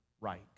right